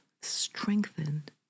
strengthened